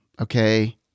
Okay